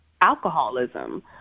alcoholism